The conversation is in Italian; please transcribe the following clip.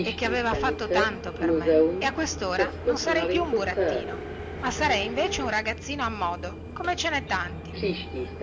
e che aveva fatto tanto per me e a questora non sarei più un burattino ma sarei invece un ragazzino a modo come ce nè tanti